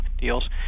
deals